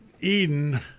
Eden